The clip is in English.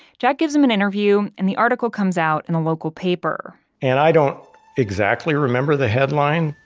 jack gives him an interview and the article comes out in the local paper and i don't exactly remember the headline,